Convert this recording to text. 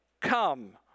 come